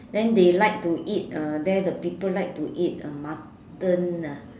then they like to eat uh there the people like to eat uh mutton lah